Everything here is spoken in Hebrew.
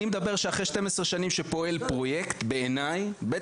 אני מדבר על זה שאחרי שפרויקט פועל 12 שנים בעיניי,